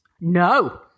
No